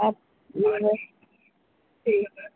اچھا ٹھیک